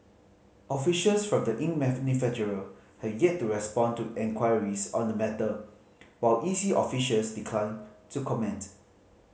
officials from the ink have yet to respond to inquires on the matter while E C officials declined to comment